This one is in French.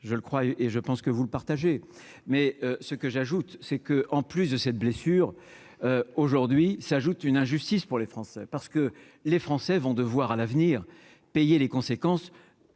je le crois et je pense que vous le partagez mais ce que j'ajoute, c'est que, en plus de cette blessure aujourd'hui s'ajoute une injustice pour les Français, parce que les Français vont devoir à l'avenir, payer les conséquences